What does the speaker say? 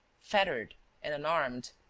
fettered and unarmed.